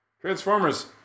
Transformers